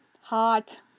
Hot